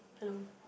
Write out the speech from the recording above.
hello